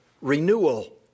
renewal